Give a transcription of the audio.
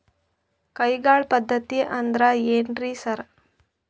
ಕೈಗಾಳ್ ಪದ್ಧತಿ ಅಂದ್ರ್ ಏನ್ರಿ ಸರ್?